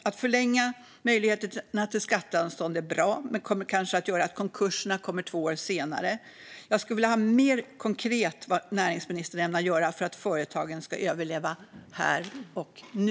Att förlänga möjligheterna till skatteanstånd är bra. Men det kommer kanske bara att göra att konkurserna kommer två år senare. Jag skulle vilja få veta mer konkret vad näringsministern ämnar göra för att företagen ska överleva här och nu.